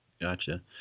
Gotcha